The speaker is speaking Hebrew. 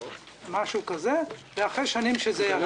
משהו כזה, אחרי שנים שזה ירד.